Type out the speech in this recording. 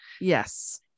Yes